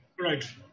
Right